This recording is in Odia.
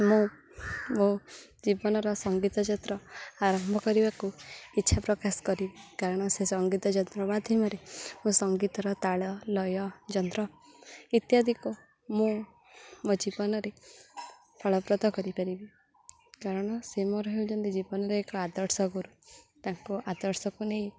ମୁଁ ମୋ ଜୀବନର ସଙ୍ଗୀତ ଯାତ୍ରା ଆରମ୍ଭ କରିବାକୁ ଇଚ୍ଛା ପ୍ରକାଶ କରି କାରଣ ସେ ସଙ୍ଗୀତ ଯାତ୍ରା ମାଧ୍ୟମରେ ଓ ସଙ୍ଗୀତର ତାଳ ଲୟ ଯନ୍ତ୍ର ଇତ୍ୟାଦିକୁ ମୁଁ ମୋ ଜୀବନରେ ଫଳପ୍ରଦ କରିପାରିବି କାରଣ ସେ ମୋର ହେଉଚନ୍ତି ଜୀବନରେ ଏକ ଆଦର୍ଶ ଗରୁ ତାଙ୍କୁ ଆଦର୍ଶକୁ ନେଇ